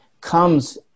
comes